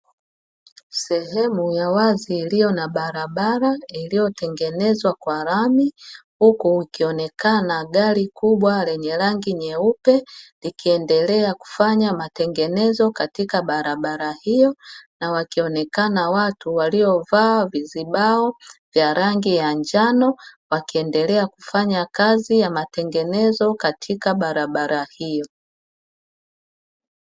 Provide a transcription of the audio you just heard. Sehemu ya wazi iliyo na barabara iliyotengenezwa kwa lami, huku likionekana gari kubwa lenye rangi nyeupe likiendelea kufanya matengenezo katika barabara hiyo na wakionekana watu waliovaa vizibao vya rangi ya njano wakiendelea kufanya matengenezo katika barabara hiyo.